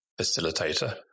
facilitator